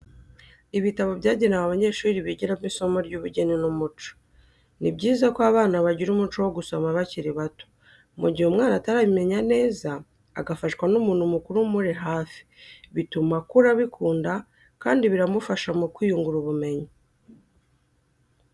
Ibitabo byagewe abanyeshuri bigiramo isomo ry'ubugeni n'umuco, ni byiza ko abana bagira umuco wo gusoma bakiri bato mu gihe umwana atarabimenya neza agafashwa n'umuntu mukuru umuri hafi bituma akura abikunda kandi biramufasha mu kwiyungura ubumenyi.